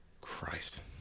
Christ